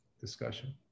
discussion